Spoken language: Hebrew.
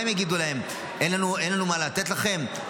מה הם יגידו להם, אין לנו מה לתת לכם?